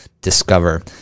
discover